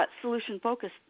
solution-focused